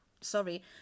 sorry